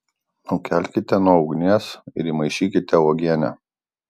nukelkite nuo ugnies ir įmaišykite uogienę